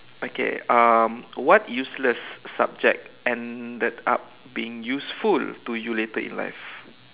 okay um what useless subject ended up being useful to you later in life